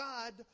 God